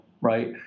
Right